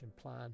plan